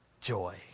joy